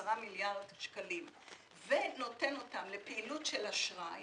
מיליארד שקלים ונותן אותם לפעילות של אשראי